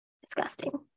Disgusting